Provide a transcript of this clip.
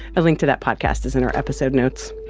a link to that podcast is in our episode notes